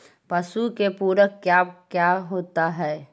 पशु के पुरक क्या क्या होता हो?